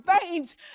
veins